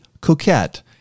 Coquette